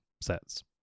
sets